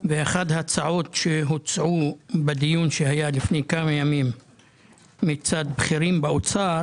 ואחת ההצעות שהוצעו בדיון שהיה לפני כמה ימים מצד בכירים באוצר